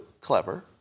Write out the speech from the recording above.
clever